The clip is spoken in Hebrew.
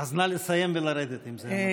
אז נא לסיים ולרדת, אם זה המצב.